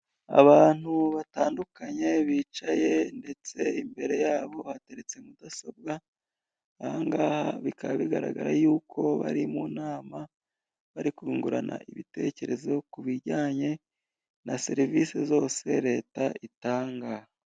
Abantu batandukanye bicaye, ndetse imbere yabo hateretse mudasobwa, ahangaha bikaba bigaragara yuko bari mu nama, bari kungurana ibitekerezo ku bijyanye na serevise zose leta itanga.